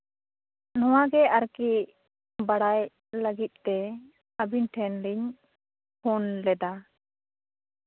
ᱱᱚᱶᱟᱜᱮ ᱟᱨᱠᱤ ᱵᱟᱲᱟᱭ ᱞᱟᱹᱜᱤᱫᱛᱮ ᱟᱹᱵᱤᱱ ᱴᱷᱮᱱ ᱞᱤᱧ ᱯᱷᱳᱱ ᱞᱮᱫᱟ